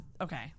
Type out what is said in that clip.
Okay